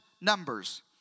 numbers